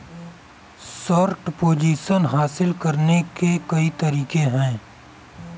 short position हासिल करने के कई तरीके हैं